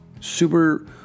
super